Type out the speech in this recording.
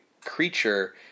creature